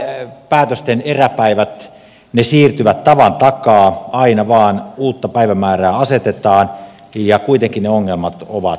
konkreettisten päätösten eräpäivät siirtyvät tavan takaa aina vain uutta päivämäärää asetetaan ja kuitenkin ne ongelmat ovat tiedossa